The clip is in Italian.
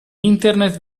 internet